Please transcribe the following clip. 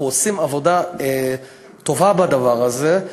אנחנו עושים עבודה טובה בדבר הזה,